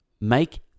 Make